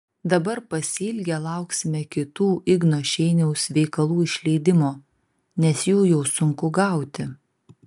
dabar pasiilgę lauksime kitų igno šeiniaus veikalų išleidimo nes jų jau sunku gauti